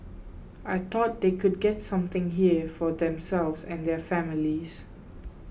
I thought they could get something here for themselves and their families